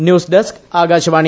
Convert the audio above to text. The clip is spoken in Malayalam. news desk Akashvani